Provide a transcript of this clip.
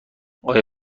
آیا